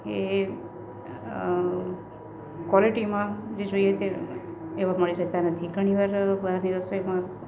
એ કોલેટીમાં જે જોઈએ એમાં મળી રહેતાં નથી ઘણીવાર આ બધી રસોઈ પણ